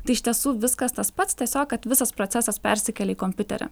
tai iš tiesų viskas tas pats tiesiog kad visas procesas persikelia į kompiuterį